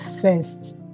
First